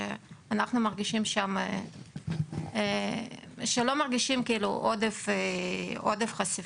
שבו אנחנו רואים שלא מרגישים שם עודף חשיפה.